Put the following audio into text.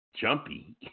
Jumpy